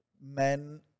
men